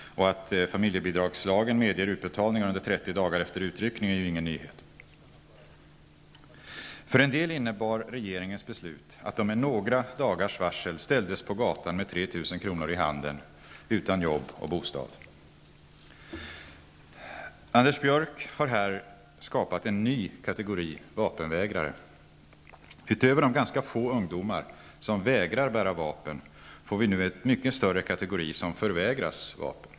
Och att familjebidragslagen medger utbetalningar under 30 dagar efter utryckningen är ju ingen nyhet. För en del innebar regeringens beslut att de med några dagars varsel ställdes på gatan med 3 000 kronor i handen utan jobb och bostad. Anders Björck har här skapat en ny kategori vapenvägrare. Utöver de ganska få ungdomar som vägrar att bära vapen får vi nu en mycket större kategori som förvägras att bära vapen.